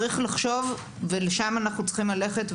צריך לחשוב ולשם אנחנו צריכים ללכת,